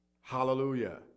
Hallelujah